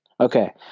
Okay